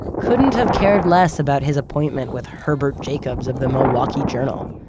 couldn't have cared less about his appointment with herbert jacobs of the milwaukee journal.